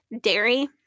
dairy